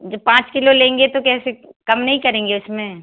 जो पाँच किलो लेंगे तो कैसे कम नहीं करेंगे उसमें